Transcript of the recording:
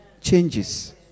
changes